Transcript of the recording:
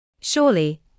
Surely